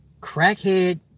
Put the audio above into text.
Crackhead